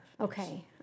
Okay